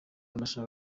ndashaka